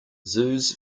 zoos